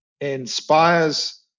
inspires